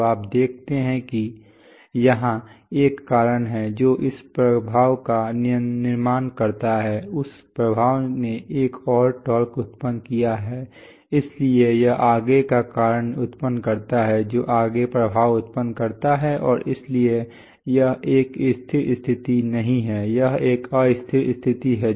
तो आप देखते हैं कि यहां एक कारण है जो उस प्रभाव का निर्माण करता है उस प्रभाव ने एक और टॉर्क उत्पन्न किया है इसलिए यह आगे का कारण उत्पन्न करता है जो आगे प्रभाव उत्पन्न करता है और इसलिए यह एक स्थिर स्थिति नहीं है यह एक अस्थिर स्थिति है